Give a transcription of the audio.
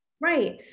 Right